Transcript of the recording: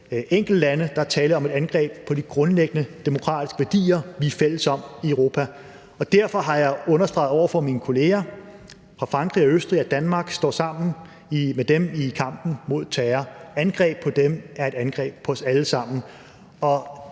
enkeltlande. Der er tale om et angreb på de grundlæggende demokratiske værdier, vi er fælles om i Europa. Derfor har jeg understreget over for mine kolleger, at Danmark står sammen med Frankrig og Østrig i kampen mod terror. Angreb på dem er et angreb på os alle sammen.